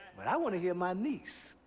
but i want to hear my niece,